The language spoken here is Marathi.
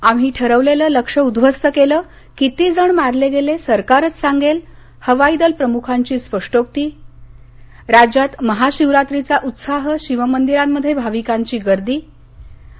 आम्ही ठरवलेलं लक्ष्य उध्वस्त केलं कितीजण मारले गेले सरकारच सांगेल हवाई दल प्रमुखांची स्पष्टोक्ती राज्यात महाशिवरात्रीचा उत्साह शिव मंदिरांमध्ये भाविकांची गर्दी आणि